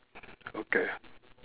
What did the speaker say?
okay